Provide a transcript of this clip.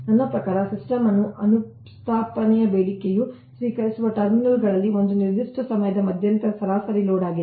ನನ್ನ ಪ್ರಕಾರ ಸಿಸ್ಟಮ್ನ ಅನುಸ್ಥಾಪನೆಯ ಬೇಡಿಕೆಯು ಸ್ವೀಕರಿಸುವ ಟರ್ಮಿನಲ್ಗಳಲ್ಲಿ ಒಂದು ನಿರ್ದಿಷ್ಟ ಸಮಯದ ಮಧ್ಯಂತರದಲ್ಲಿ ಸರಾಸರಿ ಲೋಡ್ ಆಗಿದೆ